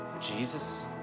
Jesus